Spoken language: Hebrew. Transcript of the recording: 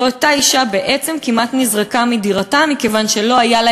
ואותה אישה כמעט נזרקה מדירתה מכיוון שלא היה לה